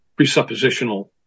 presuppositional